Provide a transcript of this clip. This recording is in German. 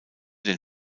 den